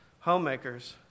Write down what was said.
homemakers